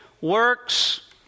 works